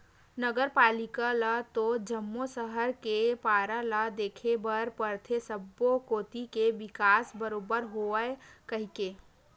नगर पालिका ल तो जम्मो सहर के पारा ल देखे बर परथे सब्बो कोती के बिकास बरोबर होवय कहिके